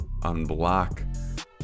unblock